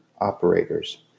operators